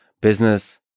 business